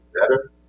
better